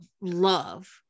love